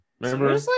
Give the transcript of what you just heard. Remember